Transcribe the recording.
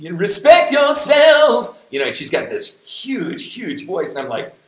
and respect yourself you know she's got this huge huge voice and i'm like,